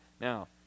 Now